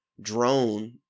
drone